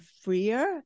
freer